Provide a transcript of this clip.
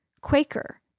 Quaker